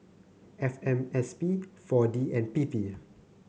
F M S P four D and P P